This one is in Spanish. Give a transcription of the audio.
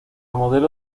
modelo